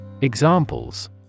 Examples